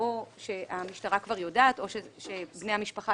או שהמשטרה כבר יודעת או שבני המשפחה